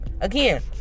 Again